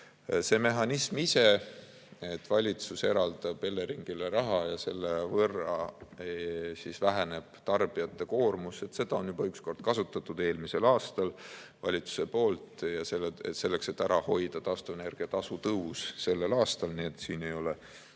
Seda mehhanismi, et valitsus eraldab Eleringile raha ja selle võrra väheneb tarbijate koormus, on juba üks kord kasutatud – eelmisel aastal valitsuse poolt selleks, et ära hoida taastuvenergia tasu tõus sellel aastal. Nii et siin ei ole